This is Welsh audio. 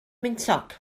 wyntog